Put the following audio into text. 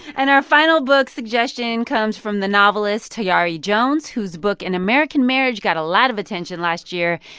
and our final book suggestion comes from the novelist tayari jones, whose book an american marriage got a lot of attention last year.